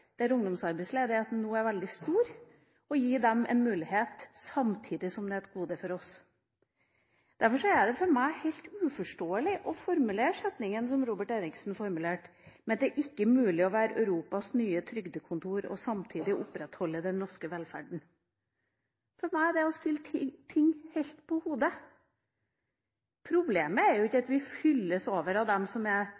der ungdomsarbeidsledigheten nå er veldig stor, gi dem en mulighet samtidig som det er et gode for oss. Derfor er det for meg helt uforståelig å formulere setningen som Robert Eriksson formulerte, at det er ikke mulig «å være Europas nye trygdekontor» og samtidig opprettholde den norske velferden. For meg er det å stille ting helt på hodet. Problemet er jo ikke